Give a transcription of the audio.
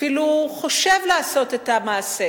אפילו חושב לעשות את המעשה